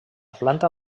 planta